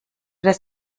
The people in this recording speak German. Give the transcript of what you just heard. das